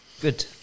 good